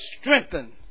strengthen